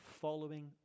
following